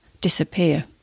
disappear